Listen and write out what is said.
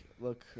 look